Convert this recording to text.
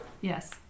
yes